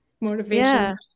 motivation